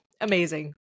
Amazing